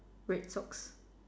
red socks